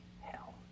hell